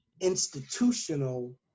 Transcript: institutional